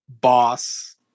boss